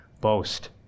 boast